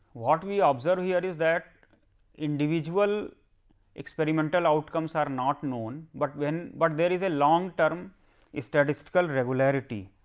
what we ah observe here is that individual experimental outcomes are not known, but when, but there is a long term its statistical regulatory